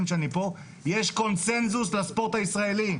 שאני פה יש קונצנזוס לספורט הישראלי.